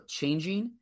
changing